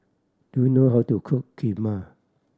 do you know how to cook Kheema